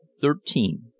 Thirteen